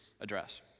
address